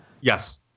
Yes